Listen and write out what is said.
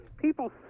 People